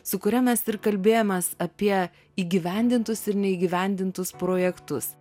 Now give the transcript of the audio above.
su kuria mes ir kalbėjomės apie įgyvendintus ir neįgyvendintus projektus